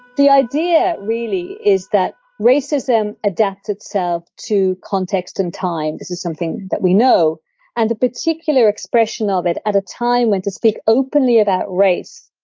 the idea really is that racism adapts itself to context and time, this is something that we know and a particular expression of it at a time when to speak openly about race,